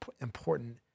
important